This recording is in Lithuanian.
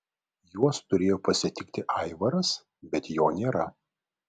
juos turėjo pasitikti aivaras bet jo nėra